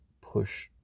push